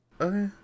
Okay